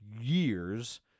years